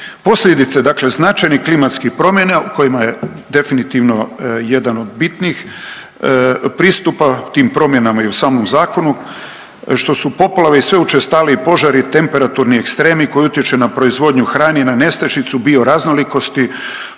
Posljedice dakle značajnih klimatskih promjena kojima je definitivno jedan od bitnih pristupa tim promjenama i u samom zakonu što su poplave i sve učestaliji požari temperaturni ekstreni koji utječu na proizvodnju hrane i na nestašicu bioraznolikosti